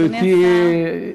גברתי,